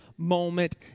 moment